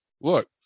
Look